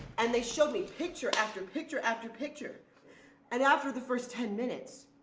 and they showed me picture after picture after picture and after the first ten minutes,